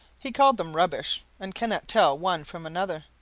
he called them rubbish, and cannot tell one from another,